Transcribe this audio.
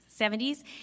70s